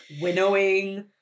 winnowing